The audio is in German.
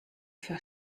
für